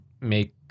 make